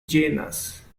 ĝenas